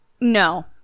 No